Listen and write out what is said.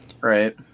Right